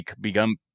become